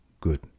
good